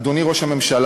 אדוני ראש הממשלה,